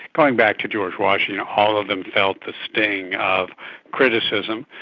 going back to george washington, all of them felt the sting of criticism.